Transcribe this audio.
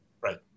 Right